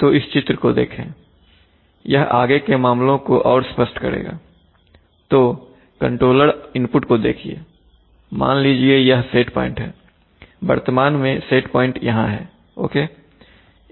तो इस चित्र को देखें यह आगे के मामलों को और स्पष्ट करेगातो कंट्रोलर इनपुट को देखिए मान लीजिए यह सेट प्वाइंट है वर्तमान में सेट प्वाइंट यहां है ओके